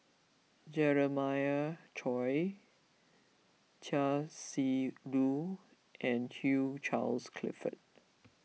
Jeremiah Choy Chia Shi Lu and Hugh Charles Clifford